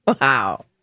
Wow